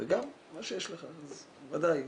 וגם מה שיש לך אז ודאי,